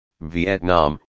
Vietnam